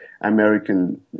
American